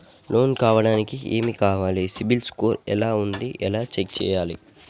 Loan కావడానికి ఏమి కావాలి సిబిల్ స్కోర్ ఎలా ఉంది ఎలా చెక్ చేయాలి?